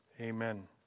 amen